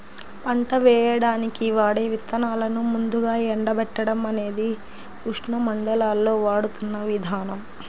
పంట వేయడానికి వాడే విత్తనాలను ముందుగా ఎండబెట్టడం అనేది ఉష్ణమండలాల్లో వాడుతున్న విధానం